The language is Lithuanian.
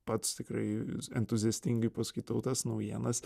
pats tikrai entuziastingai paskaitau tas naujienas